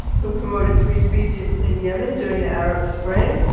who promoted free speech in in yemen during the arab spring,